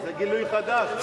זה גילוי חדש.